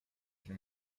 can